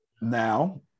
now